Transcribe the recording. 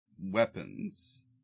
weapons